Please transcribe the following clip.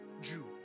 Jew